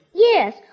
Yes